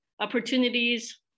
opportunities